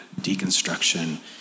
Deconstruction